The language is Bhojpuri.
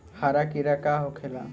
हरा कीड़ा का होखे ला?